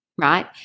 right